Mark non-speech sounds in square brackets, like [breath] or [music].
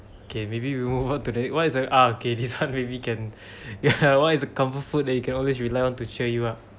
okay maybe we move on today what is the ah okay this one maybe can [breath] [laughs] ya what is a comfort food that you can always rely on to cheer you up